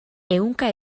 ehunka